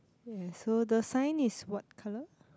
ya so the sign is what colour